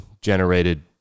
generated